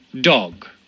Dog